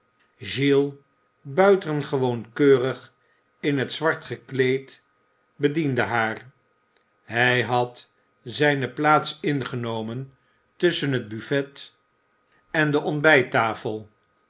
oiles buitengewoon keurig in het zwart gekleed bediende haar hij had zijne plaats ingenomen tusschen het buffet en de ontbijttafel